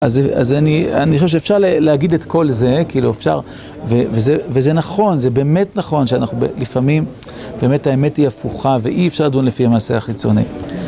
אז אני חושב שאפשר להגיד את כל זה, כאילו אפשר, וזה נכון, זה באמת נכון שאנחנו לפעמים באמת האמת היא הפוכה ואי אפשר לדון לפי המעשה החיצוני.